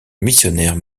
missionnaire